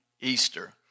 Easter